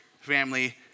family